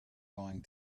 going